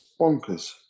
bonkers